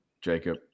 Jacob